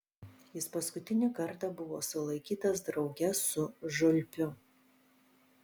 jis paskutinį kartą buvo sulaikytas drauge su žiulpiu